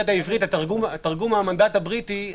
שהיא תרגום מהמנדט הבריטי,